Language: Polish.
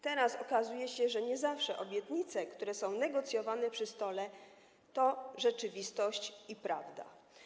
Teraz okazuje się, że nie zawsze obietnice, które są negocjowane przy stole, to jest rzeczywistość i prawda.